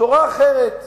תורה אחרת: